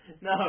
No